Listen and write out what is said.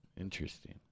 Interesting